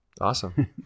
awesome